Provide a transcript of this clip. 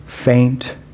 faint